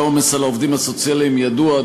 העומס על העובדים הסוציאליים ידוע,